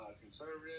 conservative